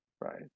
right